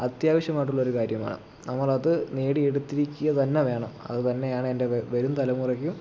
അത്യാവശ്യമായിട്ടുള്ളൊരു കാര്യമാണ് നമ്മളത് നേടിയെടുത്തിരിക്കുക തന്നെ വേണം അതുതന്നെയാണ് എൻ്റെ വരും തലമുറയ്ക്കും